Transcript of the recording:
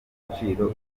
agaciro